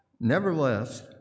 Nevertheless